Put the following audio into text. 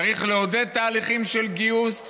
צריך לעודד תהליכים של גיוס,